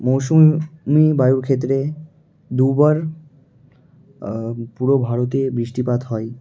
মৌসুমী মী বায়ুর ক্ষেত্রে দুবার পুরো ভারতে বৃষ্টিপাত হয়